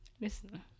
Listen